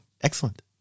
excellent